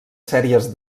sèries